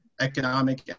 economic